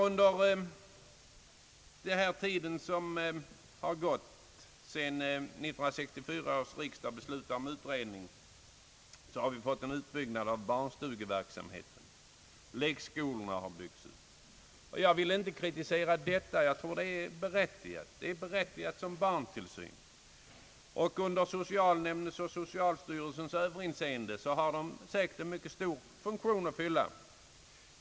Under tiden som gått sedan riksdagen 1964 begärde utredning i frågan har vi fått en utbyggnad av barnstugeverksamheten och lekskolorna. Jag vill inte kritisera detta — jag tror att det är berättigat med tanke på barntillsynen. Under socialnämndernas och socialstyrelsens överinseende har lekskolorna säkert en mycket stor uppgift att fylla.